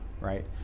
right